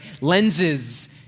Lenses